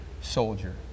soldier